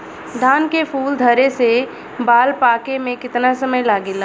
धान के फूल धरे से बाल पाके में कितना समय लागेला?